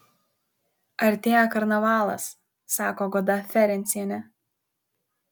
artėja karnavalas sako goda ferencienė